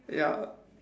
ya